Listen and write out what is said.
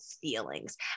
feelings